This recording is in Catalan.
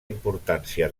importància